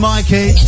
Mikey